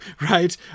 Right